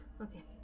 Okay